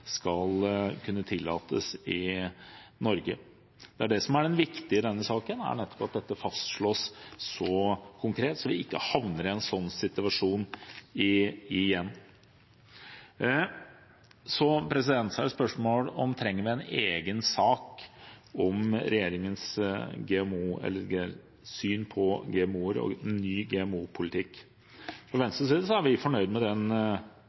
skal kunne tillates i Norge. Det som er det viktige i denne saken, er nettopp at dette fastslås så konkret, slik at vi ikke havner i en slik situasjon igjen. Så er spørsmålet om vi trenger en egen sak om regjeringens syn på GMO-er, og en ny GMO-politikk. Fra Venstres side er vi fornøyd med